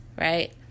right